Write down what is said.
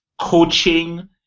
coaching